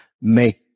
make